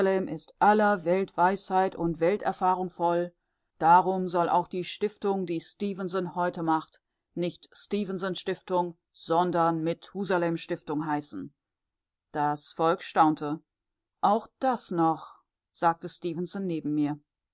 ist aller weltweisheit und welterfahrung voll darum soll auch die stiftung die stefenson heute macht nicht stefenson stiftung sondern methusalem stiftung heißen das volk staunte auch das noch sagte stefenson neben mir